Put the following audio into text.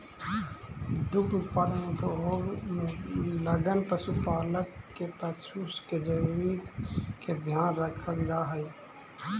दुग्ध उत्पादन उद्योग में लगल पशुपालक के पशु के जरूरी के ध्यान रखल जा हई